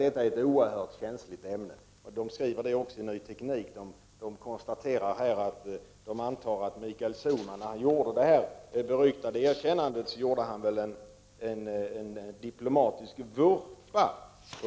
Detta är ett oerhört känsligt ämne. Det skrivs också i Ny Teknik, där man antar att Mikael Sohlman med sitt beryktade erkännande gjorde en diplomatisk vurpa.